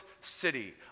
city